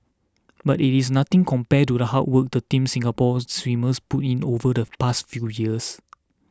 but it is nothing compared to the hard work the Team Singapore swimmers put in over the past few years